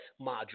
module